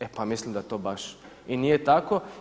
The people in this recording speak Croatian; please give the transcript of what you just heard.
E pa mislim da to baš i nije tako.